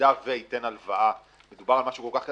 שבמידה וייתן הלוואה מדובר על משהו כל כך קטן,